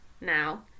now